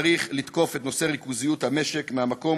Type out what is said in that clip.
צריך לתקוף את נושא הריכוזיות במשק מהמקום